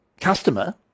customer